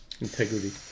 integrity